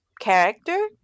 character